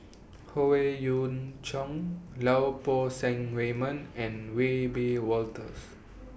Howe Yoon Chong Lau Poo Seng Raymond and Wiebe Wolters